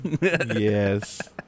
Yes